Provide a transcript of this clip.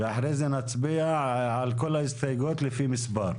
ואחרי זה נצביע על כל ההסתייגויות לפי מספר.